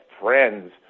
friends